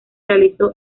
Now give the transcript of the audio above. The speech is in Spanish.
realizó